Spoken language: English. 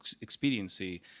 expediency